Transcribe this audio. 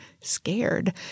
scared